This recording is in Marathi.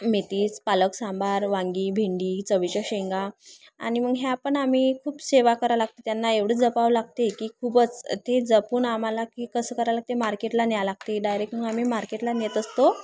मेथीज पालक सांबार वांगी भेंडी चवीच्या शेंगा आणि मग ह्या पण आम्ही खूप सेवा करावं लागते त्यांना एवढं जपावं लागते की खूपच ते जपून आम्हाला की कसं करायला लागते मार्केटला न्यायला लागते डायरेक्ट मग आम्ही मार्केटला नेत असतो